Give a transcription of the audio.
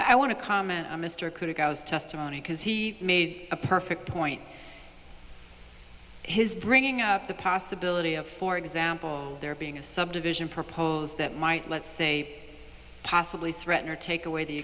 i want to comment on mr coote it goes testimony because he made a perfect point his bringing up the possibility of for example there being a subdivision proposals that might let's say possibly threaten or take away the